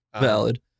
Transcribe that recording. Valid